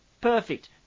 Perfect